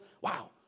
wow